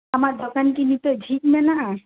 ᱟᱢᱟᱜ ᱫᱚᱠᱟᱱ ᱠᱤ ᱱᱤᱛᱳᱜ ᱡᱷᱤᱡ ᱢᱮᱱᱟᱜᱼᱟ